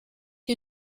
you